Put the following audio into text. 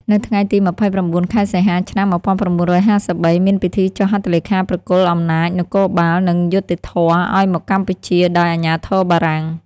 នៅថ្ងៃទី ២៩ ខែសីហា ឆ្នាំ ១៩៥៣ មានពិធីចុះហត្ថលេខាប្រគល់អំណាចនគរបាល និងយុត្តិធម៌មកឱ្យកម្ពុជាដោយអាជ្ញាធរបារាំង។